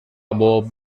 بوب